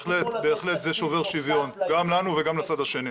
בהחלט זה שובר שוויון, גם לנו וגם לצד השני.